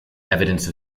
evidence